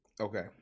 Okay